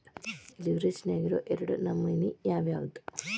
ಲಿವ್ರೆಜ್ ನ್ಯಾಗಿರೊ ಎರಡ್ ನಮನಿ ಯಾವ್ಯಾವ್ದ್?